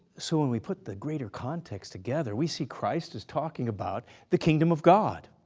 so when we put the greater context together we see christ is talking about the kingdom of god.